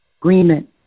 agreement